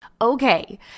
Okay